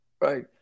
Right